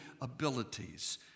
abilities